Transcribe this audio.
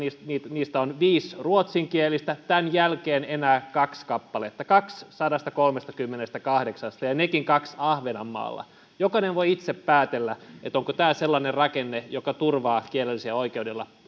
niistä on viisi ruotsinkielistä tämän jälkeen enää kaksi kappaletta kaksi sadastakolmestakymmenestäkahdeksasta ja nekin kaksi ahvenanmaalla jokainen voi itse päätellä onko tämä sellainen rakenne joka turvaa kielellisiä oikeuksia